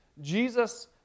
Jesus